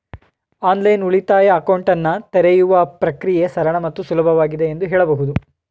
online ಉಳಿತಾಯ ಅಕೌಂಟನ್ನ ತೆರೆಯುವ ಪ್ರಕ್ರಿಯೆ ಸರಳ ಮತ್ತು ಸುಲಭವಾಗಿದೆ ಎಂದು ಹೇಳಬಹುದು